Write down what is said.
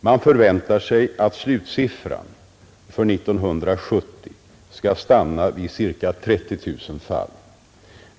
Man förväntar sig att slutsiffran för 1970 skall stanna vid cirka 30 000 fall.